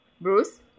Bruce